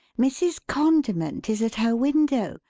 mrs. condiment is at her window,